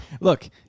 Look